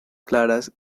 claras